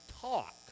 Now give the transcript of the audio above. talk